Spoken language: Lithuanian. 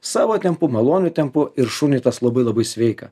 savo tempu maloniu tempu ir šuniui tas labai labai sveika